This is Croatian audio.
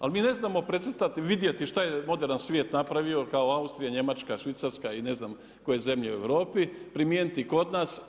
Ali mi ne znamo precrtati, vidjeti šta je moderan svijet napravio kao Austrija, Njemačka, Švicarska i ne znam koje zemlje u Europi primijeniti kod nas.